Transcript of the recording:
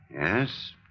Yes